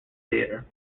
theatre